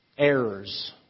errors